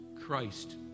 Christ